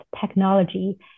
technology